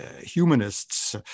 humanists